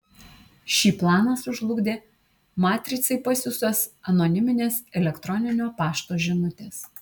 šį planą sužlugdė matricai pasiųstos anoniminės elektroninio pašto žinutės